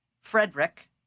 Frederick